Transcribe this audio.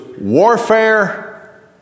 warfare